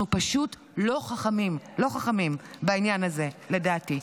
אנחנו פשוט לא חכמים, לא חכמים בעניין הזה, לדעתי.